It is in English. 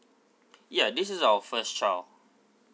ya this is our first child